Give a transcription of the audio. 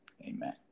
Amen